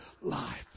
life